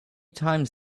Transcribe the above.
times